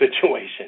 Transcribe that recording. situation